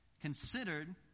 considered